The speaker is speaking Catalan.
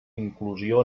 inclusió